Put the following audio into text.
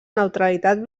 neutralitat